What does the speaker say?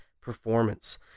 performance